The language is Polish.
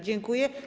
Dziękuję.